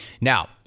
Now